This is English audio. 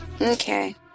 Okay